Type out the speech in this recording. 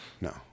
No